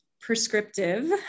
prescriptive